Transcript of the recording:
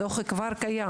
הדוח כבר קיים